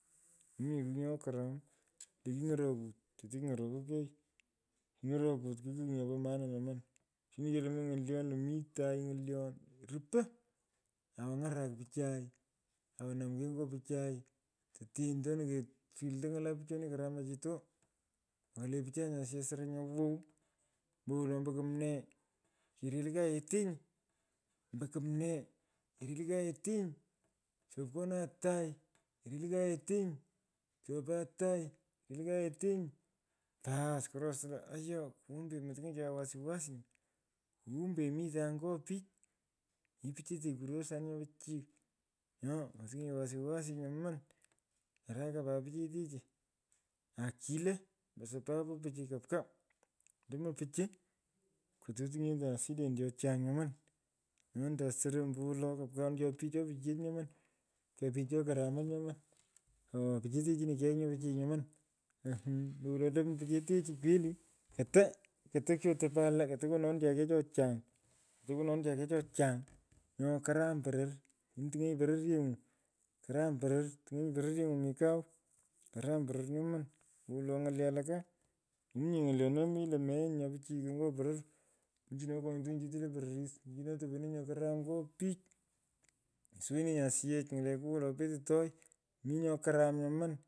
Mominyee kigh nyo karam le kiny’orokue tere kiny’orokoi kei. King’orokwe ki kigh nyopo moana nyoman tin kelmanyi. ng’olyon lo mi tai ng’olyon rupo awo ng’arak pichai awo mamkei nyo pichai lo tena tena kesilto ng’ala pichani karamachitu. mokolenye pichai asyech nyo lo soro nyo wow ombwolo ombo kumnee kereli kayetenyi bass kuresta aye kumbe motung’ochanye wasi wasi. kumbe micha ny’o moting’etanye wasi wasi nyaman ngaraka pat pitechetu oa kilagh ombo sababu pichi kapkaa. ndomo pichu kato tiny’etan shden cho chang nyoman. nyo entan soro ombowolo kapkan cha pich cho pichiyech nyaman. kwaa pich cho karamach nyoman. Och pichere chino kegh nyo pichiy nyoman ahmmn ombowolo ndomo picheteni kweli ata. keto keto kyononchan jei cho choony. nyo karam poror nyini tuny’onyi poreryeng’u. karam poror nyoman. ombowolo ny’ole alaka minye ny’olyon nyomi lo meighianyi nye nyo pichiy nyo poror. Michine kenyut chete le pororis. michino topenenyi nyo koram nyo pichi. siwinyeni asiyech ng’aleku wolo petitey mi nyo karam nyoman.